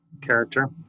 character